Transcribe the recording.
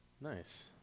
Nice